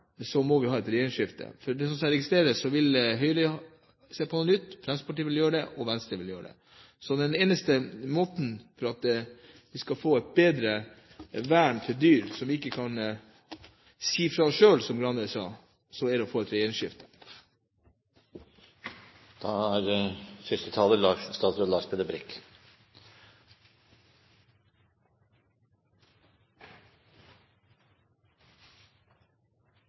så må vi ha et regjeringsskifte. Jeg registrerer at Høyre vil se på dette på nytt, Fremskrittspartiet vil gjøre det, og Venstre vil gjøre det. Så den eneste måten vi kan få et bedre vern på for dyr som ikke kan si fra selv, som Skei Grande sa, er ved å få et